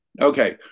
Okay